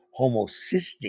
homocysteine